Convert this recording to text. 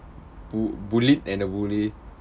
bu~ bullied and the bully